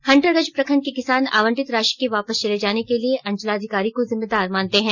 हंटरगंज प्रखंड के किसान आवंटित राशि के वापस चले के लिए अंचलाधिकारी को जिम्मेदार मानते हैं